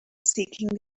seeking